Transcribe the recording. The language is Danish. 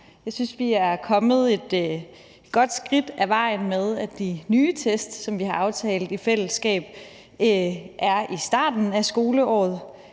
Jeg synes, vi er kommet et godt stykke af vejen med, at de nye test, som vi har aftalt i fællesskab er i starten af skoleåret,